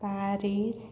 Paris